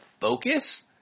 focus